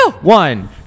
one